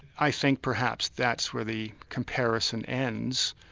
i think perhaps that's where the comparison ends.